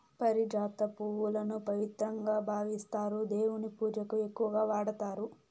పారిజాత పువ్వులను పవిత్రంగా భావిస్తారు, దేవుని పూజకు ఎక్కువగా వాడతారు